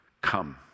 come